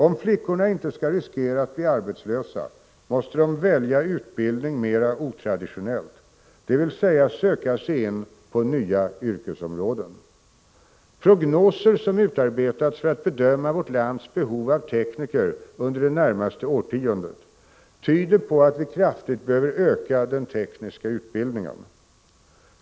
Om flickorna inte skall riskera att bli arbetslösa måste de välja utbildning mera otraditionellt, dvs. söka sig in på nya yrkesområden. Prognoser som utarbetats för att bedöma vårt lands behov av tekniker under det närmaste årtiondet tyder på att vi kraftigt behöver öka den tekniska utbildningen.